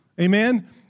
Amen